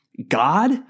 God